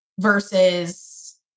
Versus